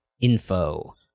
info